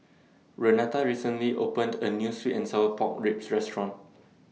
Renata recently opened A New Sweet and Sour Pork Ribs Restaurant